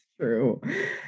true